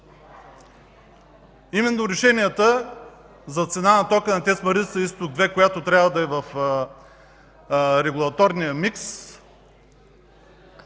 Именно решенията за цената на тока на ТЕЦ „Марица изток 2”, която трябва да е в регулаторния микс,